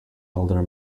elder